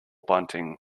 bunting